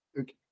Okay